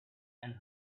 and